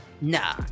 Nah